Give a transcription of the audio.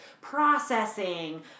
processing